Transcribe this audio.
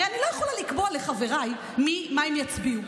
הרי אני לא יכולה לקבוע לחבריי מה הם יצביעו.